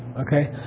okay